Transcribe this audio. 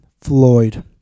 Floyd